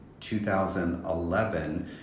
2011